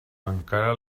encara